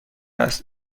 است